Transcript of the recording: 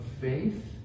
faith